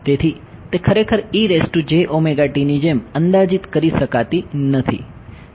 તેથી તે ખરેખર ની જેમ અંદાજિત કરી શકાતી નથી